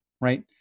right